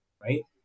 right